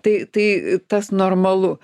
tai tai tas normalu